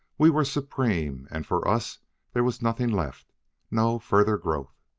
we were supreme, and for us there was nothing left no further growth.